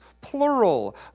plural